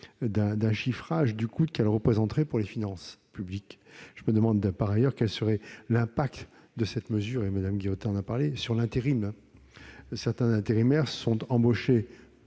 d'un chiffrage du coût qu'elle représenterait pour les finances publiques. Je me demande par ailleurs quelle serait l'incidence de cette mesure sur l'intérim, madame Guillotin. Certains intérimaires sont embauchés